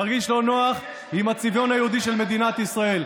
תרגיש לא נוח עם הצביון היהודי של מדינת ישראל.